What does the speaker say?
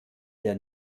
der